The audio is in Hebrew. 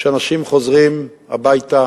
שאנשים חוזרים הביתה